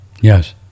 Yes